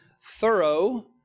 thorough